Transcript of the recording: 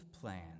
plan